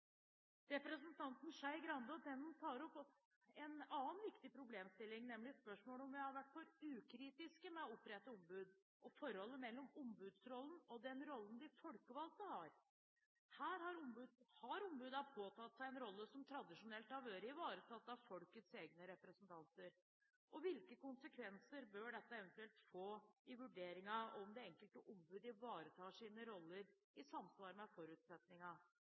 Skei Grande og Tenden tar også opp en annen viktig problemstilling, nemlig spørsmålet om vi har vært for ukritiske med hensyn til å opprette ombud, og forholdet mellom ombudsrollen og den rollen de folkevalgte har. Har ombudene påtatt seg en rolle som tradisjonelt har vært ivaretatt av folkets egne representanter, og hvilke konsekvenser bør dette eventuelt få i vurderingen av om det enkelte ombud ivaretar sine roller i samsvar med